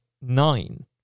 nine